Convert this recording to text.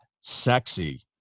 sexy